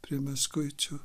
prie meškuičių